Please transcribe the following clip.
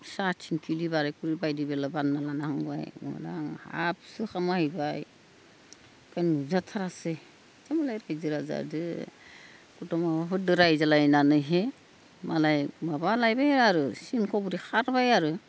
फिसा थिंख्लि बारै खुरै बायदि बेरला बानना लाना थांबाय बेयावनो आं हाबसो खामाहैबाय बेनजाथारासै दा मालाय बायजोरा जादो दङ दो रायज्लायनानैहै मालाय माबालायबाय आरो सिंख' बादि खारबाय आरो